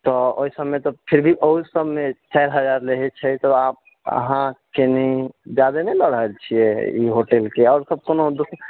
तऽ ओहिभमे तऽ फिर भी ओहिसभमे चारि हजार रहैत छै तऽ आब अहाँ कनि जादे नहि लऽ रहल छियै ई होटलके आओरसभ कोनो दोसर